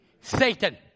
Satan